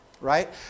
right